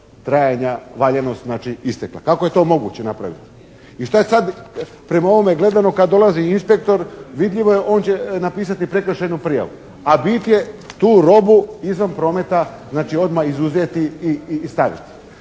trajanja, valjanost znači istekla. Kako je to moguće napraviti? I šta sada prema ovome gledano kada dolazi inspektor vidljivo je, on će napisati prekršajnu prijavu, a bit je tu robu izvan prometa znači odmah izuzeti i staviti.